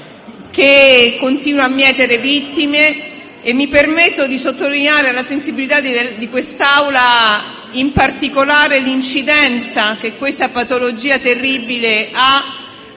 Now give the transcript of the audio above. che continua a mietere vittime e mi permetto di sottoporre alla sensibilità di quest'Assemblea la particolare incidenza che questa patologia terribile ha